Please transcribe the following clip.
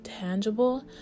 tangible